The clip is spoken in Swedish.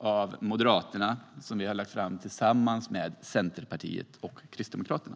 som Moderaterna har lagt fram tillsammans med Centerpartiet och Kristdemokraterna.